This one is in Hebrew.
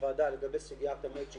סוגיית המצ'ינג,